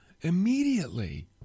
immediately